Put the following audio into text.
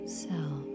self